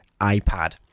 iPad